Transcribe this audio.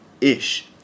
ish